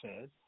says